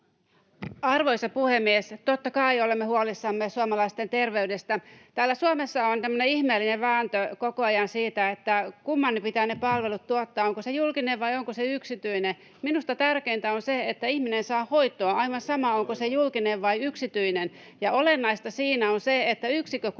Arvoisa puhemies! Totta kai olemme huolissamme suomalaisten terveydestä. Täällä Suomessa on tämmöinen ihmeellinen vääntö koko ajan siitä, kumman pitää ne palvelut tuottaa, onko se julkinen vai onko se yksityinen. Minusta tärkeintä on se, että ihminen saa hoitoa, aivan sama, onko se julkinen vai yksityinen. Ja olennaista siinä on se, että yksikkökustannukset